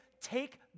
Take